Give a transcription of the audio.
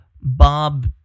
Bob